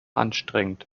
anstrengend